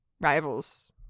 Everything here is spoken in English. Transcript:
Rivals